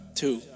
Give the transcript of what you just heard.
two